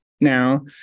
now